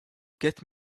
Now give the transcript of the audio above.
get